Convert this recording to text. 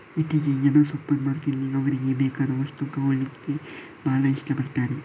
ಇತ್ತೀಚೆಗೆ ಜನ ಸೂಪರ್ ಮಾರ್ಕೆಟಿನಲ್ಲಿ ಅವ್ರಿಗೆ ಬೇಕಾದ ವಸ್ತು ತಗೊಳ್ಳಿಕ್ಕೆ ಭಾಳ ಇಷ್ಟ ಪಡ್ತಾರೆ